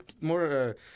more